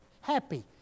Happy